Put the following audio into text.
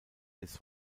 des